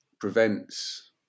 prevents